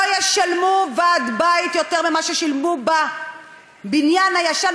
לא ישלמו ועד בית יותר ממה ששילמו בבניין הישן.